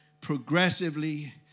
progressively